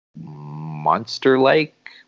monster-like